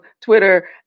Twitter